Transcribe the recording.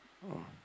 uh